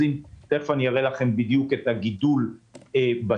תיכף אראה לכם בדיוק את הגידול בסיוע.